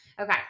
Okay